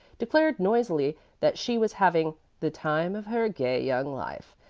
declared noisily that she was having the time of her gay young life,